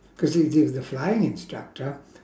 cause it is the flying instructor